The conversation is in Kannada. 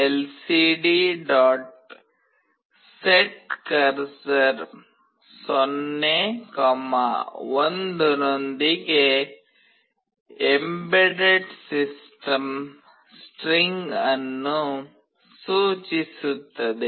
setCursor 01 ನೊಂದಿಗೆ EMBEDDED SYSTEM ಸ್ಟ್ರಿಂಗ್ ಅನ್ನು ಸೂಚಿಸುತ್ತದೆ